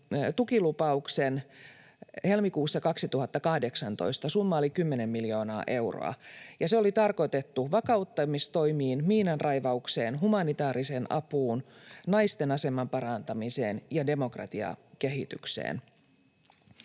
tukilupauksen helmikuussa 2018. Summa oli 10 miljoonaa euroa, ja se oli tarkoitettu vakauttamistoimiin, miinanraivaukseen, humanitaariseen apuun, naisten aseman parantamiseen ja demokratiakehitykseen.